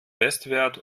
bestwert